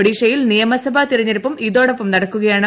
ഒഡീഷയിൽ നിയമസഭാ തിരഞ്ഞെടുപ്പും ഇതോടൊപ്പം നടക്കുകയാണ്